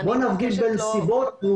לבין